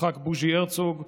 יצחק בוז'י הרצוג,